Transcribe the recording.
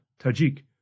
Tajik